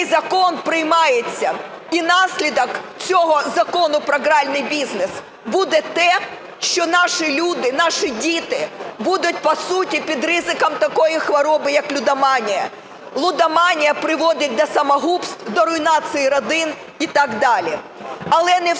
закон приймається. І наслідком цього Закону про гральний бізнес буде те, що наші люди, наші діти будуть, по суті, під ризиком такої хвороби як лудоманія. Лудоманія приводить до самогубств, до руйнації родин і так далі. Але не